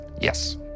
Yes